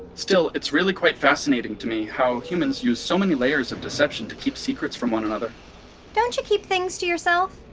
still, it's really quite fascinating to me how humans use so many layers of deception to keep secrets from one another don't you keep things to yourself?